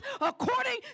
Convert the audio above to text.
according